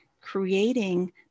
creating